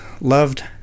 loved